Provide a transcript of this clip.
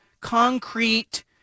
concrete